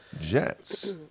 Jets